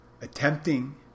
attempting